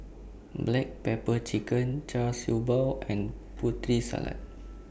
Black Pepper Chicken Char Siew Bao and Putri Salad